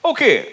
Okay